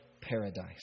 paradise